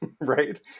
right